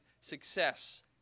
success